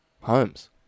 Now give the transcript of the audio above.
Holmes